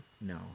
No